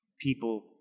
people